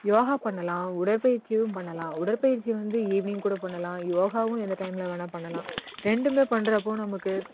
யோகா பண்ணலாம் உடற்பயிற்சியும் பண்ணலாம் உடற்பயிற்சி வந்து ஈவினிங் கூட பண்ணலாம் யோகாவும் எந்த டைமில் வேணால் பண்ணலாம் ரெண்டுமே பண்ணுறப்போ நமக்கு